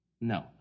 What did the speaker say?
no